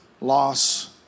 loss